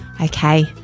Okay